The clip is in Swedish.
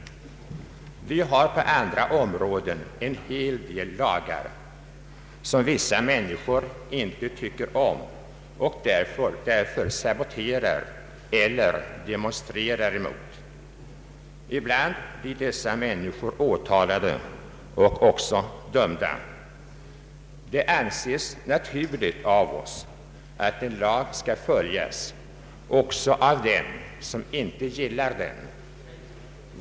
Vi har på andra områden en hel del lagar, som vissa människor inte tycker om och därför saboterar eller demonstrerar emot. Ibland blir dessa människor åtalade och även dömda. Det anses naturligt av oss att en lag skall följas också av dem som inte gillar den.